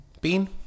Bean